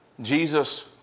Jesus